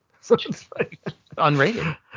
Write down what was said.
Unrated